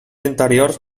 interiors